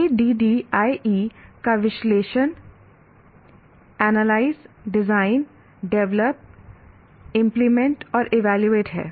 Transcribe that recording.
ADDIE का विश्लेषण analyze design develop implement और इवेल्युवेट है